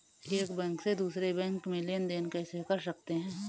एक बैंक से दूसरे बैंक में लेनदेन कैसे कर सकते हैं?